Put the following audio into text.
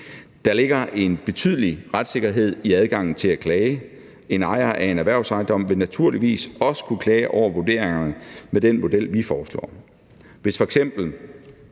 Der ligger en betydelig retssikkerhed i adgangen til at klage. En ejer af en erhvervsejendom vil naturligvis også kunne klage over vurderingerne med den model, vi foreslår. Hvis f.eks.